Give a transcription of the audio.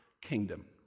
kingdom